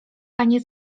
panie